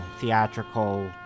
theatrical